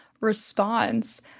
response